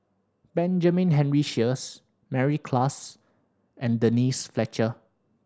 Benjamin Henry Sheares Mary Klass and Denise Fletcher